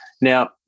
Now